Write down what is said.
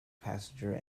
passenger